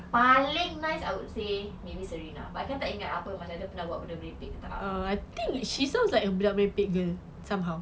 paling nice I would say maybe serena but then tak ingat apa dia pernah buat benda merepek ke tak